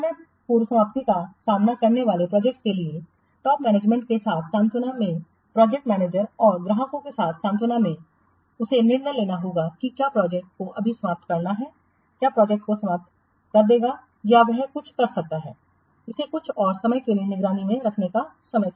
समय पूर्व समाप्ति का सामना करने वाली प्रोजेक्ट के लिए शीर्ष मैनेजमेंट के साथ सांत्वना में प्रोजेक्ट मैनेजर और ग्राहकों के साथ सांत्वना में उसे निर्णय लेना होगा कि क्या प्रोजेक्ट को अभी समाप्त करना है वह प्रोजेक्ट को समाप्त कर देगा या वह कुछ कर सकता है इसे कुछ और समय के लिए निगरानी में रखने का समय